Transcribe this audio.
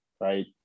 right